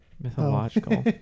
Mythological